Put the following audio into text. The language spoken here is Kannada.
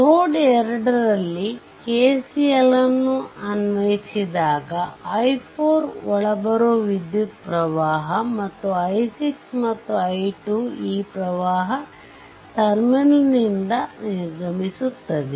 ನೋಡ್ 2 ನಲ್ಲಿ KCL ಅನ್ವಯಿಸಿದಾಗ i4 ಒಳಬರುವ ವಿದ್ಯುತ್ ಪ್ರವಾಹ ಮತ್ತು i6 ಮತ್ತು i2ಈ ಪ್ರವಾಹವು ಟರ್ಮಿನಲ್ ನಿಂದ ನಿರ್ಗಮಿಸುತ್ತದೆ